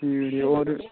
ठीक ऐ होर